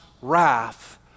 wrath